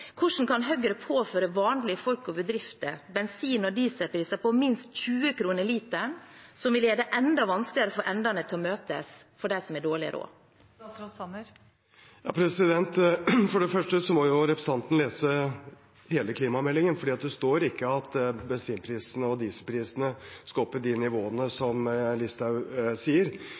Hvordan kan Høyre påføre vanlige folk og bedrifter bensin- og dieselpriser på minst 20 kr literen, noe som vil gjøre det enda vanskeligere å få endene til å møtes for dem som har dårlig råd? For det første må representanten lese hele klimameldingen, for det står ikke at bensin- og dieselprisene skal opp i de nivåene som Listhaug sier.